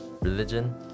religion